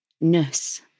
nurse